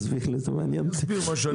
אני אסביר מה שאני אסביר.